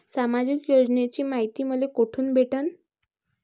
सामाजिक योजनेची मायती मले कोठून भेटनं?